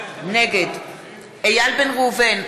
נגד איל בן ראובן,